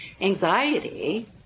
anxiety